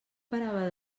parava